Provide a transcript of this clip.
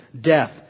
death